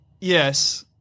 yes